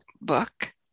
book